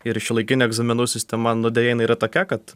ir šiuolaikinių egzaminų sistema nu deja jinai yra tokia kad